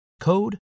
code